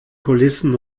kulissen